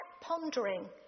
pondering